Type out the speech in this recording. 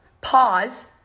pause